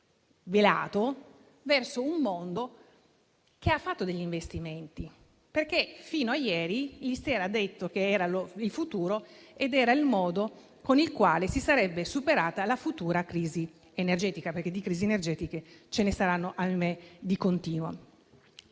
velato verso un mondo che ha fatto degli investimenti. Fino a ieri si era detto che quello era il futuro ed era il modo con il quale si sarebbe superata la futura crisi energetica, perché di crisi energetiche, ahimè, ce ne saranno di continuo.